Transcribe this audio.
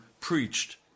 preached